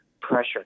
pressure